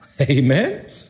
Amen